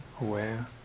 aware